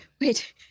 wait